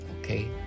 okay